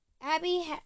Abby